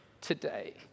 today